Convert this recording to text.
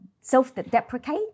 self-deprecate